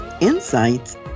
insights